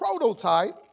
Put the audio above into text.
prototype